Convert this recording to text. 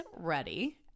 ready